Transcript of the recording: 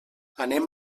anem